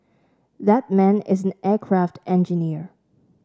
that man is an aircraft engineer